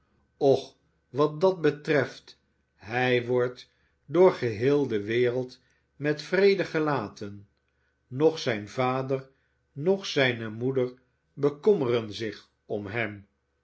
och wat dat betreft hij wordt door geheel de wereld met vrede gelaten noch zijn vader noch zijne moeder bekommeren zich om hem